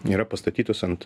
yra pastatytus ant